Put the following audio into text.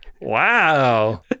Wow